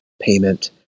payment